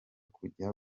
kujya